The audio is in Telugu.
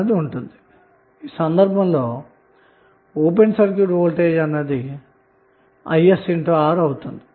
అదేవిధంగా ఈ సందర్భంలో ఓపెన్ సర్క్యూట్ వోల్టేజ్ అన్నది isR అవుతుంది